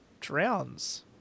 drowns